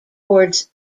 towards